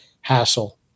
hassle